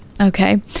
okay